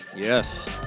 Yes